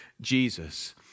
Jesus